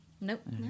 Nope